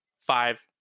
five